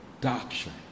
doctrine